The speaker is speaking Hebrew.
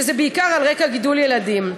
כשזה בעיקר על רקע גידול ילדים.